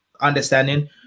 understanding